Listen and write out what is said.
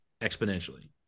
exponentially